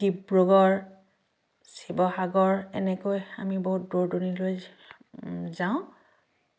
ডিব্ৰুগড় শিৱসাগৰ এনেকৈ আমি বহুত দূৰ দূৰণিলৈ যাওঁ